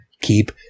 keep